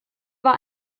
war